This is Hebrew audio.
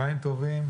בוקר טוב,